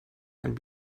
einen